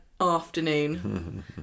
afternoon